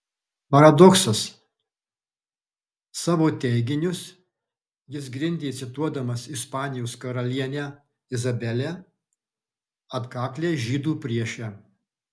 paradoksas savo teiginius jis grindė cituodamas ispanijos karalienę izabelę atkaklią žydų priešę